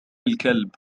الكلب